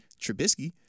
Trubisky